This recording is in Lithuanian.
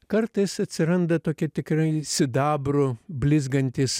kartais atsiranda tokie tikrai sidabru blizgantys